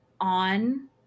on